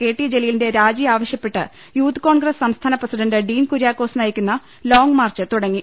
K T ജലീലിന്റെ രാജി ആവശ്യപ്പെട്ട് യൂത്ത് കോൺഗ്രസ്പ് സംസ്ഥാന പ്രസിഡണ്ട് ഡീൻ കുര്യാക്കോസ് നയിക്കുന്ന ലോംഗ് മാർച്ച് തുടങ്ങി